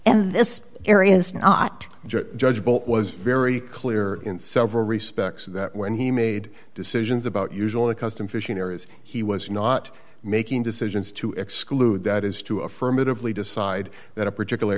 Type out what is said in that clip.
a judge but was very clear in several respects that when he made decisions about usually custom fishing areas he was not making decisions to exclude that is to affirmatively decide that a particular